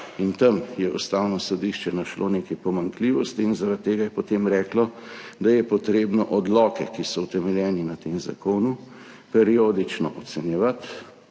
Tam je Ustavno sodišče našlo nekaj pomanjkljivosti in zaradi tega je potem reklo, da je potrebno odloke, ki so utemeljeni na tem zakonu, periodično ocenjevati,